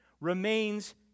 remains